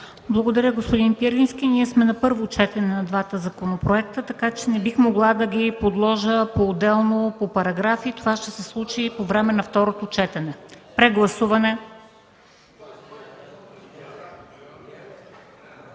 Благодаря, господин Пирински. Ние сме на първо четене на двата законопроекта, така че не бих могла да ги подложа поотделно, по параграфи. Това ще се случи по време на второто четене. Прегласуване.